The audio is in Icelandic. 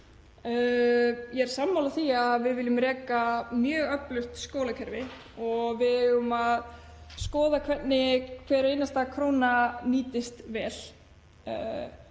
Ég er sammála því að við viljum reka mjög öflugt skólakerfi og við eigum að skoða það hvernig hver einasta króna getur nýst vel.